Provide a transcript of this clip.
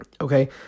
Okay